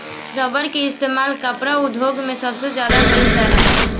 rubber के इस्तेमाल कपड़ा उद्योग मे सबसे ज्यादा कइल जाला